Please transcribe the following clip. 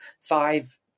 five